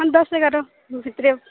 ହଁ ଦଶ୍ ଏଗାର ଭିତ୍ରେ